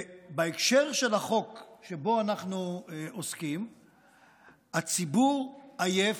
בהקשר של החוק שבו אנחנו עוסקים הציבור עייף,